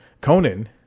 Conan